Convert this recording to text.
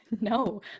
No